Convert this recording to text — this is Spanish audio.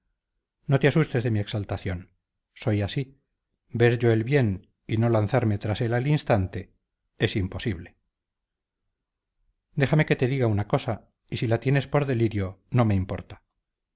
no te asustes de mi exaltación soy así ver yo el bien y no lanzarme tras él al instante es imposible déjame que te diga una cosa y si la tienes por delirio no me importa